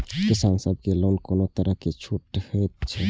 किसान सब के लोन में कोनो तरह के छूट हे छे?